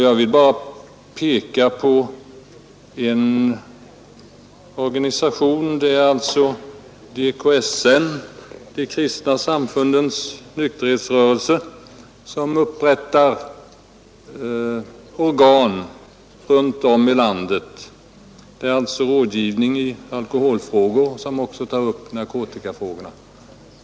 Jag vill bara peka på en organisation, nämligen DKSN, De kristna samfundens nykterhetsrörelse, som upprättar organ runtom i landet, där man ger rådgivning i alkoholfrågor och också tar upp narkotikafrågorna.